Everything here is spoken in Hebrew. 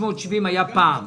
370 שקל היה פעם.